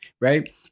right